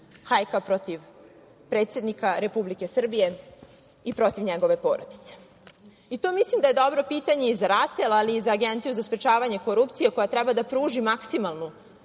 hajka protiv predsednika Republike Srbije i protiv njegove porodice. To mislim da je dobro pitanje i za RATEL, ali i za Agenciju za sprečavanje korupcije, koja treba da pruži maksimalnu